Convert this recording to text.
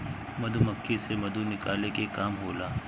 मधुमक्खी से मधु निकाले के काम होला